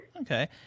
Okay